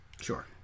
Sure